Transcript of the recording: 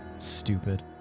Stupid